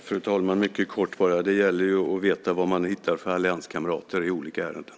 Fru talman! Mycket kort: Det gäller att veta vad man hittar för allianskamrater i olika ärenden.